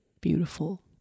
beautiful